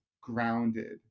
grounded